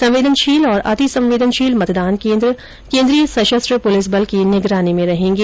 संवेदनशील और अतिसंवेदनशील मतदान केन्द्र केन्द्रीय सशस्त्र पुलिस बल की निगरानी में रहेंगे